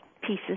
pieces